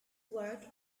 work